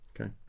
Okay